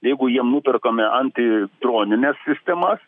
jeigu jiem nuperkame anti dronines sistemas